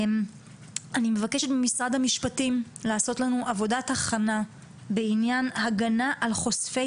אני מבקשת ממשרד המשפטים לעשות לנו עבודת הכנה בעניין הגנה על חושפי